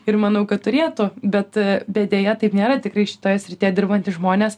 ir manau kad turėtų bet bet deja taip nėra tikrai šitoje srityje dirbantys žmonės